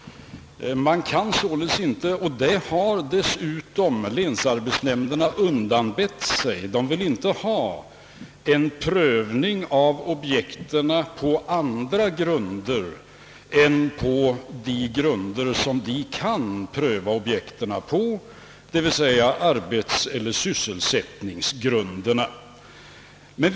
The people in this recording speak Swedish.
Länsarbetsnämnderna bar också undanbett sig att företa en prövning av objekten på andra grunder än de som för dem är möjliga, d. v. s. arbetseller sysselsättningsläget.